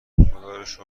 خداروشکر